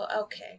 Okay